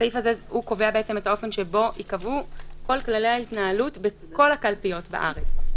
קובע את האופן בו יקבעו כל כללי ההתנהלות בכל הקלפיות בארץ.